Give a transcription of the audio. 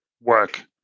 work